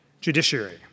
judiciary